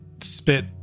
spit